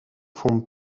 vom